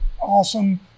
awesome